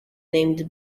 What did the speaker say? named